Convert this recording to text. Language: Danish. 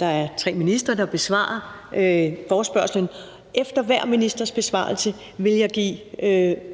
der er tre ministre, der besvarer forespørgslen. Efter hver ministers besvarelse vil jeg kun